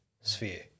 sphere